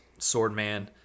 Swordman